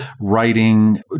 writing